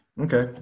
Okay